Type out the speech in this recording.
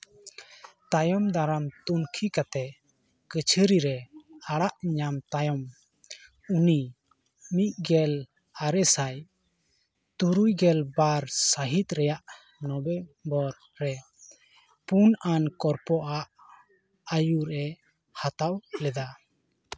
ᱛᱟᱭᱚᱢ ᱫᱟᱨᱟᱢ ᱛᱩᱱᱠᱷᱤ ᱠᱟᱛᱮ ᱠᱟᱹᱪᱷᱟᱹᱨᱤ ᱨᱮ ᱟᱲᱟᱜ ᱧᱟᱢ ᱛᱟᱭᱚᱢ ᱩᱱᱤ ᱢᱤᱫ ᱜᱮᱞ ᱟᱨᱮ ᱥᱟᱭ ᱛᱩᱨᱩᱭ ᱜᱮᱞ ᱵᱟᱨ ᱥᱟᱹᱦᱤᱛ ᱨᱮᱭᱟᱜ ᱱᱚᱵᱷᱮᱢᱵᱚᱨ ᱨᱮ ᱯᱩᱱ ᱟᱱ ᱠᱚᱨᱯᱚ ᱟᱜ ᱟᱹᱭᱩᱨᱮ ᱦᱟᱛᱟᱣ ᱞᱮᱫᱟ